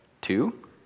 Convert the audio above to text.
Two